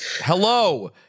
Hello